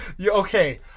Okay